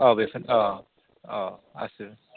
औ बेखौनो औ आसु